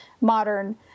modern